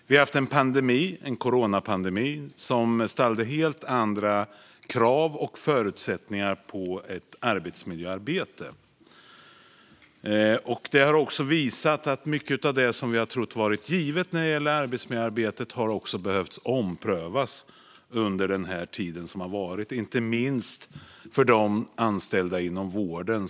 Vi har haft en coronapandemi som ställde helt andra krav på och gav andra förutsättningar för arbetsmiljöarbetet. Det har också visat att mycket av det som vi har trott vara givet i fråga om arbetsmiljöarbetet har behövt omprövas under den här tiden. Det gäller inte minst för de anställda inom vården.